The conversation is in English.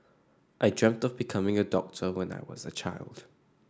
I dreamt of becoming a doctor when I was a child